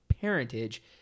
parentage